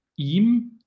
Ihm